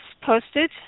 posted